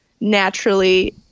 naturally